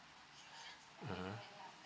mmhmm